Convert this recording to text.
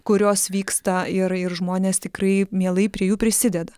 kurios vyksta ir ir žmonės tikrai mielai prie jų prisideda